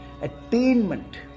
attainment